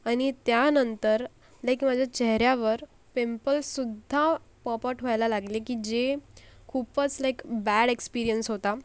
आणि त्यानंतर लाईक माझ्या चेहऱ्यावर पिंपल्ससुद्धा पॉप आउट व्हायला लागले की जे खूपच लाईक बॅड एक्सपिरियन्स होता